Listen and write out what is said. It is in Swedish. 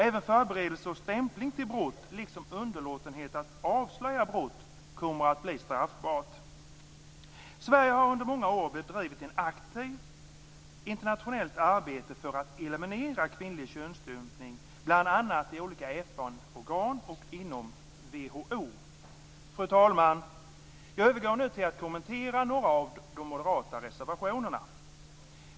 Även förberedelse och stämpling till brott liksom underlåtenhet att avslöja brott kommer att bli straffbart. Sverige har under många år, bl.a. inom olika FN organ och WHO, bedrivit ett aktivt internationellt arbete för att eliminera kvinnlig könsstympning. Fru talman! Jag övergår nu till att kommentera några av de moderata reservationerna.